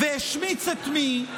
והשמיץ את מי?